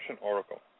Oracle